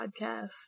podcast